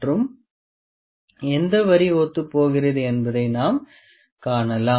மற்றும் எந்த வரி ஒத்துப் போகிறது என்பதை நாம் காணலாம்